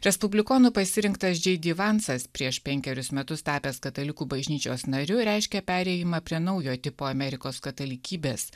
respublikonų pasirinktas džei di vansas prieš penkerius metus tapęs katalikų bažnyčios nariu reiškia perėjimą prie naujo tipo amerikos katalikybės